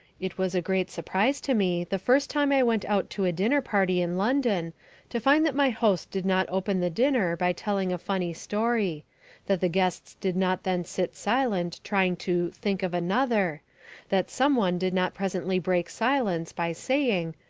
it was a great surprise to me the first time i went out to a dinner party in london to find that my host did not open the dinner by telling a funny story that the guests did not then sit silent trying to think of another that some one did not presently break silence by saying,